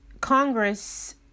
Congress